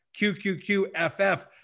QQQFF